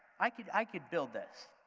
i could i could build this.